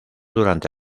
durante